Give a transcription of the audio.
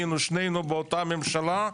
היינו שנינו באותה ממשלה,